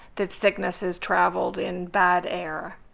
that sickness has traveled in bad air.